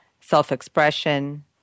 self-expression